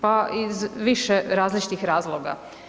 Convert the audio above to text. Pa iz više različitih razloga.